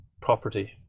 property